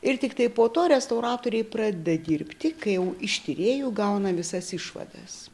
ir tiktai po to restauratoriai pradeda dirbti kai jau iš tyrėjų gauna visas išvadas